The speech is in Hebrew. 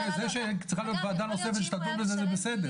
צריכה להיות וועדה נוספת שתדון בזה, זה בסדר.